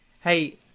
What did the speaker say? hey